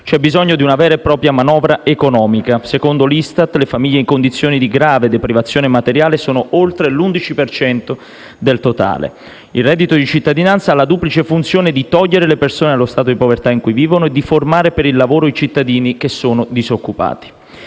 C'è bisogno di una vera e propria manovra economica. Secondo l'ISTAT, le famiglie in condizione di grave deprivazione materiale sono oltre l'11 per cento del totale. Il reddito di cittadinanza ha la duplice funzione di togliere le persone dallo stato di povertà in cui vivono e di formare per il lavoro i cittadini che sono disoccupati.